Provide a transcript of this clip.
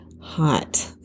hot